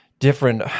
Different